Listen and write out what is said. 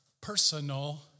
personal